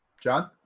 John